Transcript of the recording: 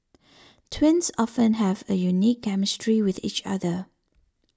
twins often have a unique chemistry with each other